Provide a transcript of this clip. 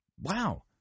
wow